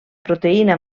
proteïna